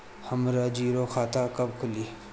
हमरा जीरो खाता कब खुली?